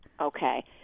Okay